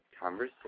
conversation